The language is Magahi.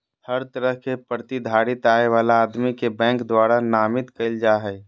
हर तरह के प्रतिधारित आय वाला आदमी के बैंक द्वारा नामित कईल जा हइ